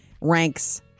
ranks